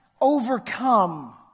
overcome